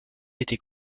était